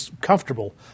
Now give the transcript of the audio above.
comfortable